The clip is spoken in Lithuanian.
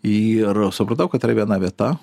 ir supratau kad yra viena vieta